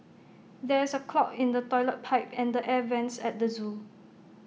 there is A clog in the Toilet Pipe and the air Vents at the Zoo